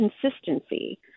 consistency